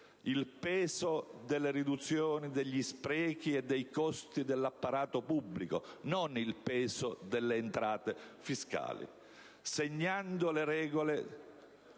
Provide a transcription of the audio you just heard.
il peso della riduzione degli sprechi e dei costi dell'apparato pubblico - e non il peso delle entrate fiscali - fissando le regole